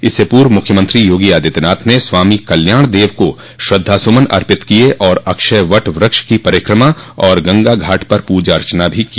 इससे पूर्व मुख्यमंत्री योगी आदित्यनाथ ने स्वामी कल्याण देव को श्रद्वासमन अर्पित किये और अक्षय वट व्रक्ष की परिकमा और गंगा घाट पर पूजा अर्चना भी की